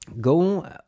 Go